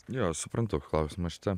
jo suprantu klausimą šitą